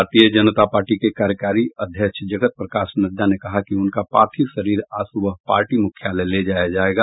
भारतीय जनता पार्टी के कार्यकारी अध्यक्ष जगत प्रकाश नड्डा ने कहा कि उनका पार्थिव शरीर आज सुबह पार्टी मुख्यालय ले जाया जाएगा